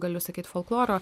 galiu sakyt folkloro